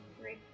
three